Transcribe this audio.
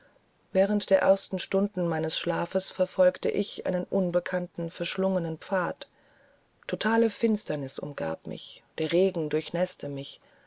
während der ersten stunden meines schlafes verfolgte ich einen unbekannten verschlungenen pfad totale finsternis umgab mich der regen durchnäßte mich